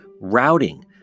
routing